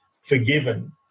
forgiven